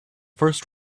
first